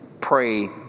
pray